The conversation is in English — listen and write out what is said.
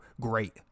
great